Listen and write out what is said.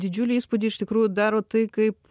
didžiulį įspūdį iš tikrųjų daro tai kaip